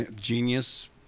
genius